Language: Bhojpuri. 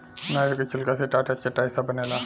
नारियल के छिलका से टाट आ चटाई सब भी बनेला